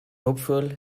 hopeful